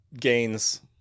gains